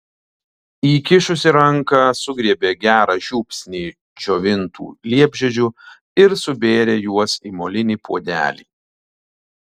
įkišusi ranką sugriebė gerą žiupsnį džiovintų liepžiedžių ir subėrė juos į molinį puodelį